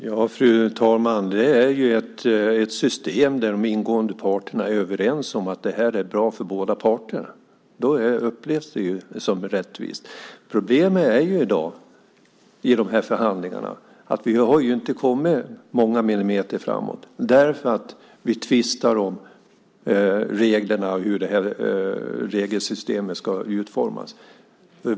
Fru talman! Det är ett system där de ingående parterna är överens om att det är bra för båda parterna. Då upplevs det som rättvist. Problemet i dag i förhandlingarna är att vi inte har kommit många millimeter framåt därför att vi tvistar om hur regelsystemet ska utformas.